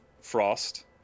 frost